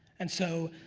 and so,